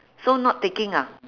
so not taking ah